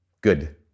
Good